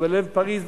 או בלב פריס,